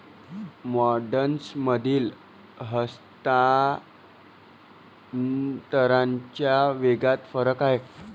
मोड्समधील हस्तांतरणाच्या वेगात फरक आहे